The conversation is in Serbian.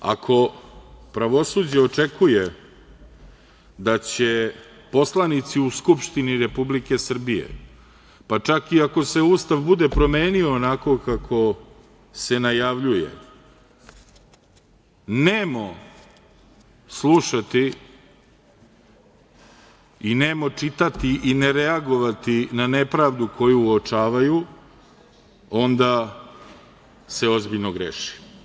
Prema tome, ako pravosuđe očekuje da će poslanici u Skupštini Republike Srbije, pa čak i ako se Ustav bude promenio onako kako se najavljuje, nemo slušati i nemo čitati i ne reagovati na nepravdu koju uočavaju, onda se ozbiljno greši.